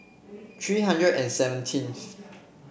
three hundred and seventeenth